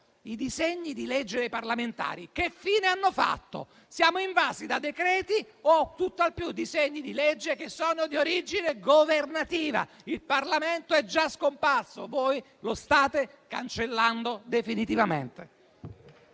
i disegni di legge dei parlamentari che fine hanno fatto? Siamo invasi da decreti legge, o tutt'al più disegni di legge di origine governativa. Il Parlamento è già scomparso. Voi lo state cancellando definitivamente.